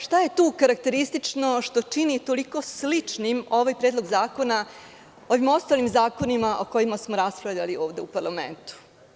Šta je tu karakteristično što čini toliko sličnim ovaj predlog zakona ovim ostalim zakonima o kojima smo raspravljali ovde u parlamentu?